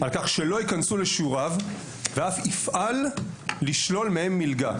על כך שלא ייכנסו לשיעוריו ואף יפעל לשלול מהם מלגה,